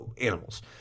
animals